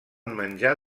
menjar